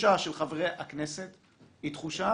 התחושה של חברי הכנסת היא תחושה